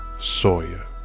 Sawyer